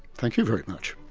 thank you very much.